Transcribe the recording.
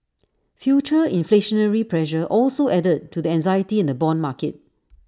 future inflationary pressure also added to the anxiety in the Bond market